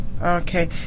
Okay